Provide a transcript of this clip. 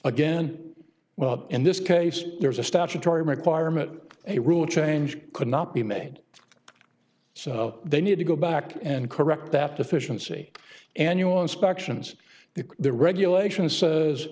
again well in this case there's a statutory requirement a rule change cannot be made so they need to go back and correct that deficiency annual inspections the the regulations says